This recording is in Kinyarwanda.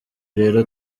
rero